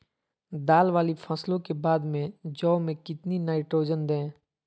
दाल वाली फसलों के बाद में जौ में कितनी नाइट्रोजन दें?